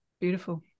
Beautiful